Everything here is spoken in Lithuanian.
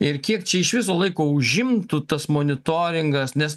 ir kiek čia iš viso laiko užimtų tas monitoringas nes